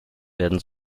werden